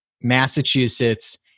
Massachusetts